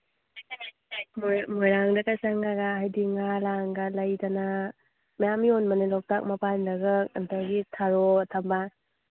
ꯍꯣꯏ ꯃꯣꯏꯔꯥꯡꯗꯒ ꯆꯪꯉꯒ ꯍꯥꯏꯗꯤ ꯉꯥ ꯂꯥꯡꯒ ꯂꯩꯗꯅ ꯃꯌꯥꯝ ꯌꯣꯟꯕꯅꯦ ꯂꯣꯛꯇꯥꯛ ꯃꯄꯥꯟꯗꯒ ꯑꯗꯒꯤ ꯊꯔꯣ ꯊꯝꯕꯥꯜ